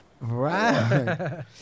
Right